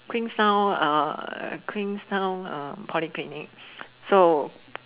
Queenstown uh Queenstown uh Polyclinic so